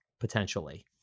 potentially